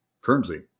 currency